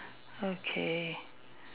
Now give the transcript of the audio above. okay